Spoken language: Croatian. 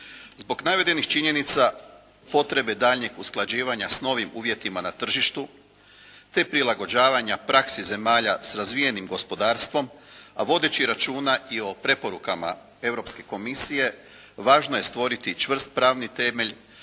Zbog navedenih činjenica potrebe daljnjeg usklađivanja s novim uvjetima na tržištu, te prilagođavanja praksi zemalja s razvijenim gospodarstvom, a vodeći računa i o preporukama Europske komisije, važno je stvoriti čvrst pravni temelj